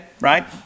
right